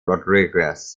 rodriguez